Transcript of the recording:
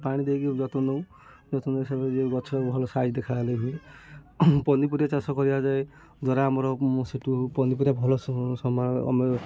ପାଣି ଦେଇକି ଯତ୍ନ ନେଉ ଯତ୍ନ ନେଇ ସବୁ ଯିଏ ଗଛ ଭଲ ସାଇଜ୍ ଦେଖାହେଲେ ବି ପନିପରିବା ଚାଷ କରାଯାଏ ଦ୍ୱାରା ଆମର ସେଠୁ ପନିପରିବା ଭଲ ଆମେ